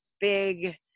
big